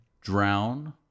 Drown